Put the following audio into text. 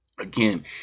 Again